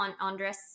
Andres